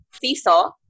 Seesaw